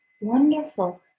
wonderful